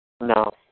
No